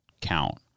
count